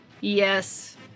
Yes